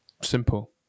Simple